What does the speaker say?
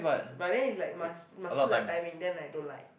but then is like must must suit their timing then I don't like